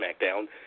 SmackDown